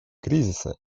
кризиса